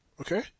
Okay